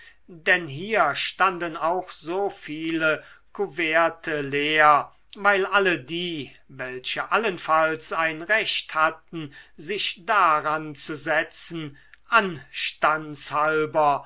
denn hier standen auch so viele couverte leer weil alle die welche allenfalls ein recht hatten sich daran zu setzen